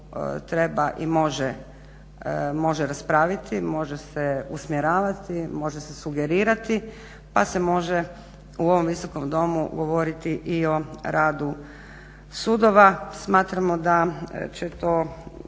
treba i može raspraviti, može se usmjeravati, može se sugerirati pa se može u ovom Visokom domu govoriti i o radu sudova smatramo da će to